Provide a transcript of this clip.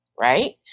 Right